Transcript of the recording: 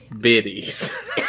Biddies